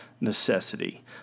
necessity